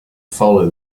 follow